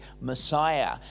Messiah